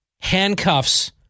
handcuffs